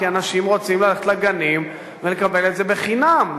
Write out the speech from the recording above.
כי אנשים רוצים ללכת לגנים ולקבל את זה בחינם.